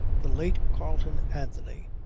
the late carleon anthony,